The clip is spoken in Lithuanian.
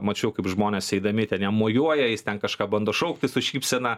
mačiau kaip žmonės eidami ten jam mojuoja jis ten kažką bando šaukti su šypsena